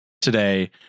today